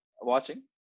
watching